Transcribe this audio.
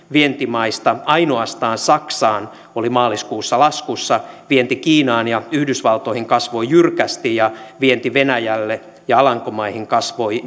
vientimaista ainoastaan saksaan vienti oli maaliskuussa laskussa vienti kiinaan ja yhdysvaltoihin kasvoi jyrkästi ja vienti venäjälle ja alankomaihin kasvoi